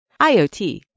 IOT